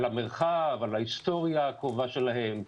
על המרחב, על ההיסטוריה הקרובה שלהם.